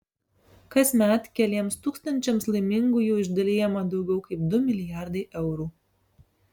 kasmet keliems tūkstančiams laimingųjų išdalijama daugiau kaip du milijardai eurų